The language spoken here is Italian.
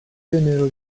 vennero